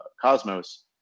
Cosmos